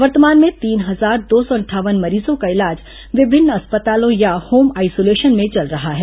वर्तमान में तीन हजार दो सौ अंठावन मरीजों का इलाज विभिन्न अस्पतालों या होम आइसोलेशन में चल रहा है